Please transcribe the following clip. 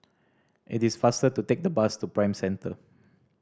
it is faster to take the bus to Prime Centre